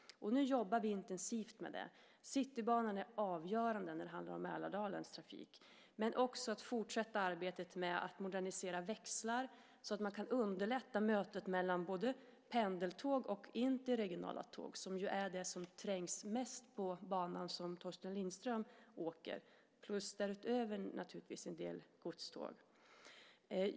Nu jobbar vi intensivt med det. Citybanan är avgörande när det handlar om Mälardalens trafik, men också att fortsätta arbetet med att modernisera växlar så att man kan underlätta mötet pendeltåg och interregionala tåg, som ju är de som trängs mest på den bana som Torsten Lindström åker på. Därutöver är det naturligtvis en del godståg.